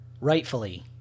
rightfully